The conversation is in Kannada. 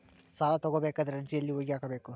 ಸಾಲ ತಗೋಬೇಕಾದ್ರೆ ಅರ್ಜಿ ಎಲ್ಲಿ ಹೋಗಿ ಹಾಕಬೇಕು?